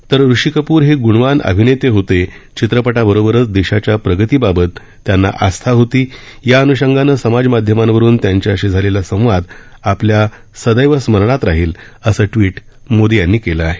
तर ऋषी कप्र हे गुणवान अभिनेते होते चित्रपटाबरोबरच देशाच्या प्रगतीबाबत त्यांना आस्था होती या अन्षंगानं समाजमाध्यमांवरुन त्यांच्याशी झालेला संवाद आपल्या सदैव स्मरणात राहील असं ट्वीट मोदी यांनी केलं आहे